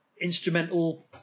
instrumental